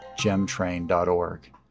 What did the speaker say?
GemTrain.org